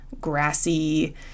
grassy